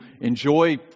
enjoy